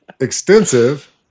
extensive